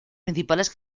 principales